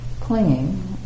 Clinging